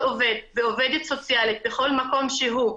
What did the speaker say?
עובד ועובדת סוציאלית בכל מקום שהוא,